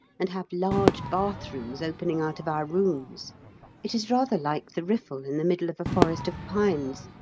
and have large bathrooms opening out of our rooms it is rather like the riffel in the middle of a forest of pines,